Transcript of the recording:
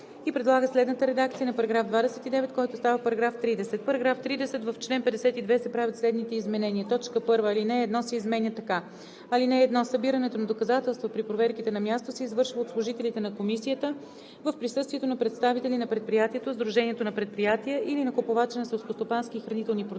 и предлага следната редакция на § 29, който става § 30: „§ 30. В чл. 52 се правят следните изменения: 1. Алинея 1 се изменя така: „(1) Събирането на доказателства при проверките на място се извършва от служителите на Комисията в присъствието на представители на предприятието, сдружението на предприятия или на купувача на селскостопански и хранителни продукти,